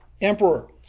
emperor